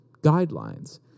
guidelines